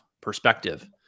perspective